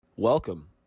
Welcome